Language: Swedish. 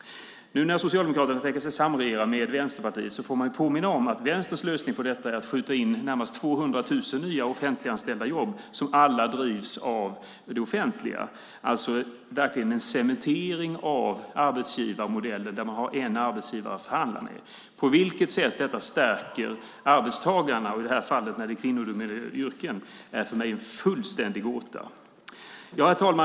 Nu när Socialdemokraterna tänker sig att samregera med Vänsterpartiet vill jag påminna om att Vänsterns lösning på detta är att skjuta till närmare 200 000 nya jobb som alla ska drivas av det offentliga. Det är verkligen en cementering av arbetsgivarmodellen där man har en arbetsgivare att förhandla med. På vilket sätt detta stärker arbetstagarna, i det här fallet i kvinnodominerade yrken, är för mig en fullständig gåta. Herr talman!